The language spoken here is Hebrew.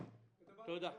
ודבר אחרון,